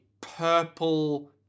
purple